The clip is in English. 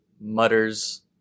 mutters